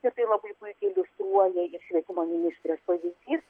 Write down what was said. ir tai labai puikiai iliustruoja švietimo ministrės pavyzdys